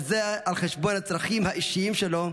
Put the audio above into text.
וזה על חשבון הצרכים האישיים שלו.